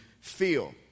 feel